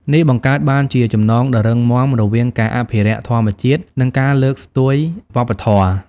នេះបង្កើតបានជាចំណងដ៏រឹងមាំរវាងការអភិរក្សធម្មជាតិ និងការលើកស្ទួយវប្បធម៌។